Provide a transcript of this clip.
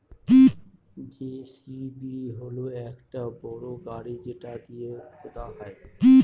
JCB হল একটা বড় গাড়ি যেটা দিয়ে খুদা হয়